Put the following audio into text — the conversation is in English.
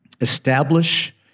Establish